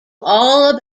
all